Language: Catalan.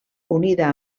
unida